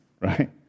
right